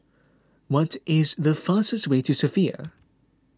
what is the fastest way to Sofia